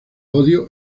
odio